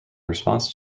response